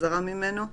וחזרה ממנו,